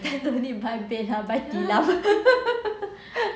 no need to buy bed lah buy di lum